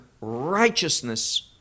righteousness